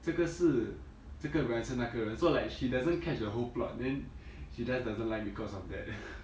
这个是这个人还是那个人 so like she doesn't catch a whole plot then she just doesn't like because of that